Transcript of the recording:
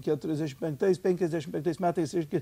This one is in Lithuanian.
keturiasdešim penktais penkiasdešim penktais metais reiškia